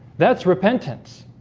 that's repentance